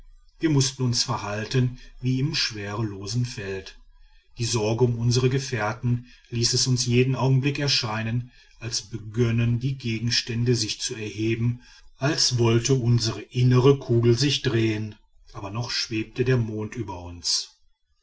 wir mußten uns verhalten wie im schwerelosen feld die sorge um unsere gefährten ließ es uns jeden augenblick erscheinen als begönnen die gegenstände sich zu erheben als wollte unsre innere kugel sich drehen aber noch immer schwebte der mond über uns